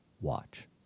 Watch